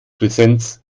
präsenz